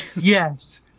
Yes